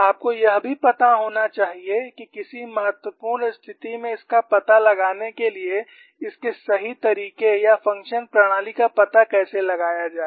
आपको यह भी पता होना चाहिए कि किसी महत्वपूर्ण स्थिति में इसका पता लगाने के लिए इसके सही तरीके या फंक्शन प्रणाली का पता कैसे लगाया जाए